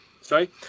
Sorry